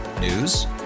News